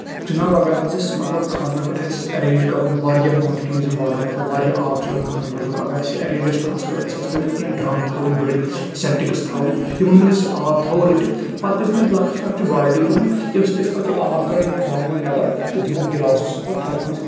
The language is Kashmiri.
جِناب اَگر حظ أسۍ مطلب خانٛدرن پٮ۪ٹھ اَسہِ ایریج کَرُن مطلب واریاہ کونٛٹِٹیٖز یِم واٹر واریاہ آب چھُ خانٛدرن پٮ۪ٹھ ضروٗرت اَگر اَسہِ یہِ ایریج آسہِ کَرُن اَصٕل پٲٹھۍ اَسہِ حظ پَزن کیٚنٛہہ ڈرم تھاوٕنۍ بٔڑۍ سینٹٮ۪کٕس تھاوٕنۍ یِمن منٛز أسۍ آب تھاوو رٔٹِتھ پَتہٕ پَزن اَسہِ لۄکچہِ لۄکچہِ بالٹیٖن تُلٕنۍ ییٚمہِ سۭتۍ أسۍ پتہٕ یہِ آب کڑو ڈرمَن منٛز نیبر تہٕ دمو گِلاسو سۭتۍ پَتہٕ ہر کٲنٛسہِ